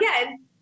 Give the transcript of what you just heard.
again